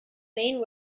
main